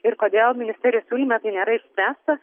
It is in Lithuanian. ir kodėl ministerijos siūlyme tai nėra išspręsta